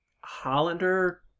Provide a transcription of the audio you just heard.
Hollander